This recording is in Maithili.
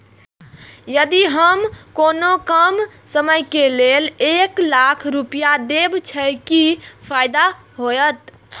यदि हम कोनो कम समय के लेल एक लाख रुपए देब छै कि फायदा होयत?